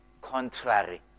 contrary